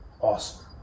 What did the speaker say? awesome